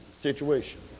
situation